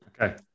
Okay